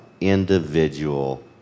individual